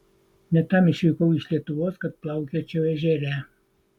ne tam išvykau iš lietuvos kad plaukiočiau ežere